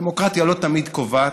דמוקרטיה לא תמיד קובעת,